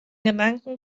gedanke